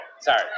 Sorry